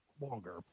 longer